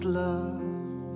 love